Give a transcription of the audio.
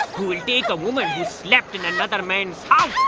who would take a woman who's slept in another man's